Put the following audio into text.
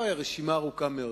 אוי, הרשימה ארוכה מאוד.